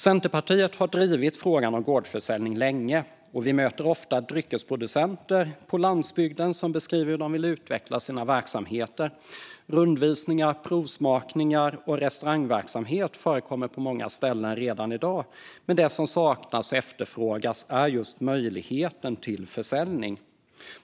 Centerpartiet har drivit frågan om gårdsförsäljning länge, och vi möter ofta dryckesproducenter på landsbygden som beskriver hur de vill utveckla sina verksamheter. Rundvisningar, provsmakningar och restaurangverksamhet förekommer redan i dag på många ställen, men det som saknas och efterfrågas är möjligheten till försäljning.